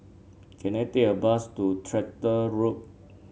can I take a bus to Tractor Road